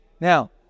Now